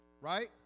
right